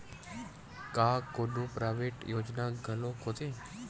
का कोनो प्राइवेट योजना घलोक होथे?